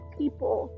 people